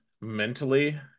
mentally